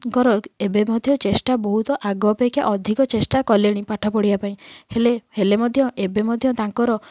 ଙ୍କର ଏବେ ମଧ୍ୟ ଚେଷ୍ଟା ବହୁତ ଆଗ ଅପେକ୍ଷା ଅଧିକ ଚେଷ୍ଟା କଲେଣି ପାଠ ପଢ଼ିବା ପାଇଁ ହେଲେ ହେଲେ ମଧ୍ୟ ଏବେ ମଧ୍ୟ ତାଙ୍କର